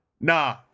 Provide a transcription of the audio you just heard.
Nah